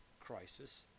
Crisis